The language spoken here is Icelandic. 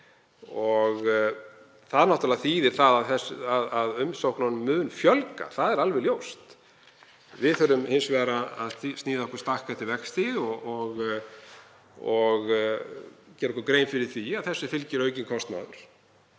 Það þýðir náttúrlega að umsóknunum mun fjölga, það er alveg ljóst. Við þurfum hins vegar að sníða okkur stakk eftir vexti og gera okkur grein fyrir því að þessu fylgir aukinn kostnaður